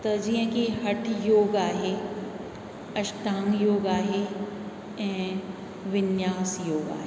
जीअं की हठु योग आहे अष्टांग आहे ऐं विनियास योग आहे